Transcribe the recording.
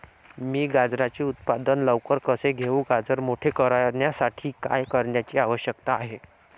मी गाजराचे उत्पादन लवकर कसे घेऊ? गाजर मोठे करण्यासाठी काय करण्याची आवश्यकता आहे?